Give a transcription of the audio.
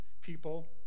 people